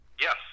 Yes